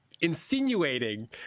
insinuating